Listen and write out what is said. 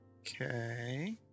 Okay